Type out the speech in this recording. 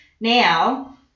now